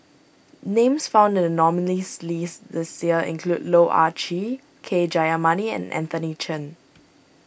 names found in the nominees' list this year include Loh Ah Chee K Jayamani and Anthony Chen